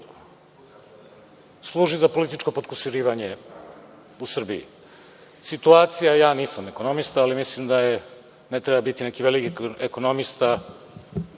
služi za političko potkusurivanje u Srbiji. Situacija, nisam ekonomista, ali mislim da ne treba biti neki veliki ekonomista